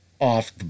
off